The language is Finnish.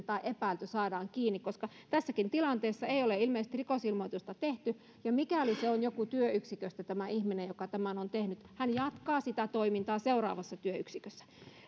tai epäilty saadaan kiinni tässä tilanteessa ei ole ilmeisesti rikosilmoitusta tehty ja mikäli se on joku työyksiköstä tämä ihminen joka tämän on tehnyt hän jatkaa sitä toimintaa seuraavassa työyksikössä